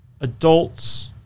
adults